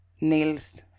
Nils